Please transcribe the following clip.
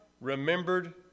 remembered